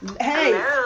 Hey